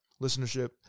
Listenership